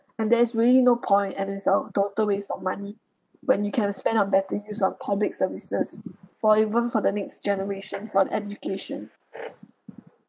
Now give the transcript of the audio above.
and there's really no point and is a total waste of money when you can spend on better use of public services for even for the next generation for the education